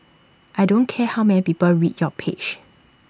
I don't care how many people read your page